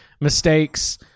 mistakes